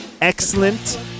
excellent